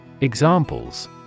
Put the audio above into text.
Examples